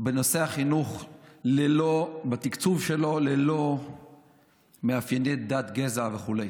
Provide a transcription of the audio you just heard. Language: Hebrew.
לנושא החינוך בתקצוב שלו ללא הבדלי דת, גזע וכו'.